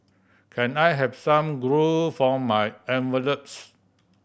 can I have some glue for my envelopes